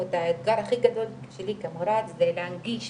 היה לנו את האתגר הכי גדול שלי כמורה זה להנגיש